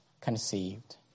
conceived